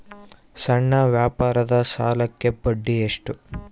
ಸಣ್ಣ ವ್ಯಾಪಾರದ ಸಾಲಕ್ಕೆ ಬಡ್ಡಿ ಎಷ್ಟು?